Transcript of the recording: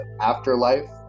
afterlife